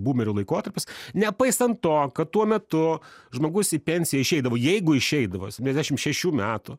bumerių laikotarpis nepaisant to kad tuo metu žmogus į pensiją išeidavo jeigu išeidavo septyniasdešim šešių metų